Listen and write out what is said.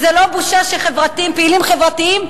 זו לא בושה שפעילים חברתיים,